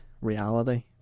reality